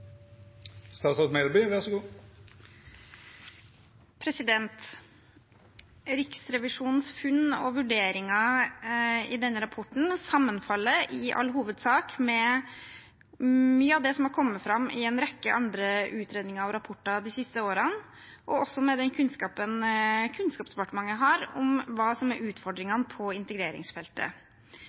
Riksrevisjonens funn og vurderinger i denne rapporten sammenfaller i all hovedsak med mye av det som er kommet fram i en rekke andre utredninger og rapporter de siste årene, og også med den kunnskapen Kunnskapsdepartementet har om hva som er utfordringene på integreringsfeltet.